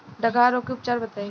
डकहा रोग के उपचार बताई?